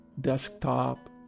desktop